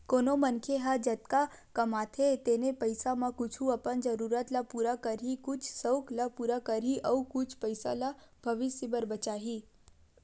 कोनो मनखे ह जतका कमाथे तेने पइसा म कुछ अपन जरूरत ल पूरा करही, कुछ सउक ल पूरा करही अउ कुछ पइसा ल भविस्य बर बचाही